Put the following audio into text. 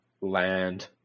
land